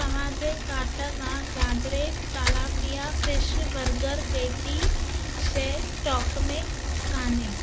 तव्हां जे कार्ट मां Gadre tilapia fish burger patty शइ स्टोक में कान्हे